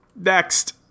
Next